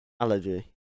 Allergy